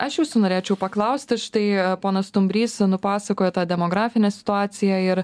aš jūsų norėčiau paklausti štai ponas stumbrys nupasakojo tą demografinę situaciją ir